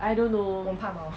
I don't know